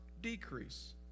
decrease